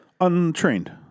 Untrained